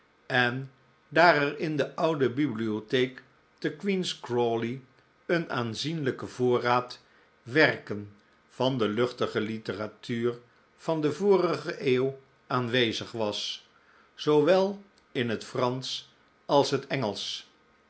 en daar er in de oude bibliotheek te queen's crawley een aanzienlijke voorraad werken van de luchtige literatuur van de vorige eeuw aanwezig was zoowel in het fransch als het engelsch